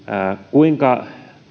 kuinka